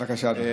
בבקשה, אדוני.